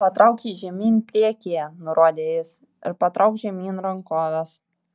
patrauk jį žemyn priekyje nurodė jis ir patrauk žemyn rankoves